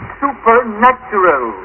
supernatural